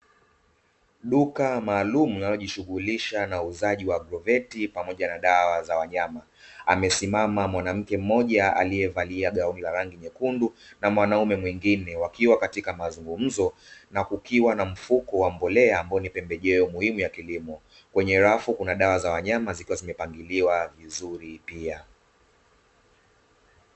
Duka maalumu inayojishughulisha na uuzaji wa agroveti pamoja na dawa za wanyama, amesimama mwanamke mmoja aliyevalia gauni la rangi nyekundu na mwanaume mwingine wakiwa katika mazungumzo na kukiwa na mfuko wa mbolea ambao ni pembejeo muhimu ya kilimo. Kwenye rafu kuna dawa za wanyama zikiwa zimepangiliwa vizuri pia.